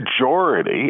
majority